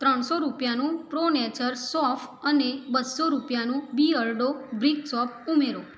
ત્રણસો રૂપિયાનું Pro Nature સોંફ અને બસો રૂપિયાનું બીઅર્ડો બ્રિક સોપ ઉમેરો